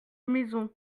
maison